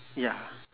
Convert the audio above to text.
ya